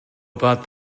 about